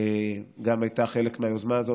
שגם הייתה חלק מהיוזמה הזאת,